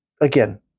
again